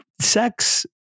sex